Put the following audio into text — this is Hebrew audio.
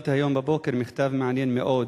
קיבלתי היום בבוקר מכתב מעניין מאוד,